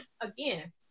Again